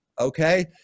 Okay